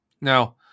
Now